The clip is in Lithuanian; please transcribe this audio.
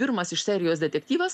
pirmas iš serijos detektyvas